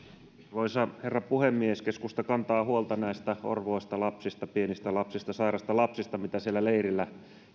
arvoisa herra puhemies keskusta kantaa huolta näistä orvoista lapsista pienistä lapsista sairaista lapsista mitä siellä leirillä